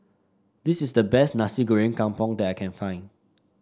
this is the best Nasi Goreng Kampung that I can find